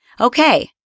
okay